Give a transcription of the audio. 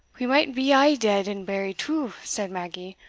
we might be a' dead and buried too, said maggie,